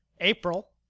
April